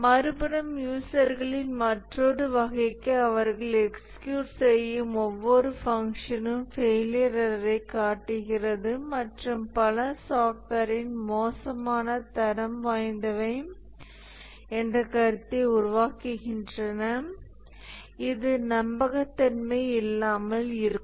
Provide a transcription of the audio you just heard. மறுபுறம் யூசர்களின் மற்றொரு வகைக்கு அவர்கள் எக்ஸ்கியூட் செய்யும் ஒவ்வொரு ஃபங்க்ஷனும் ஃபெயிலியர் எரர்யைக் காட்டுகிறது மற்றும் பல சாஃப்ட்வேர்கள் மோசமான தரம் வாய்ந்தவை என்ற கருத்தை உருவாக்குகின்றன இது நம்பகத்தன்மை இல்லாமல் இருக்கும்